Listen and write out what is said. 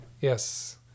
Yes